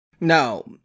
No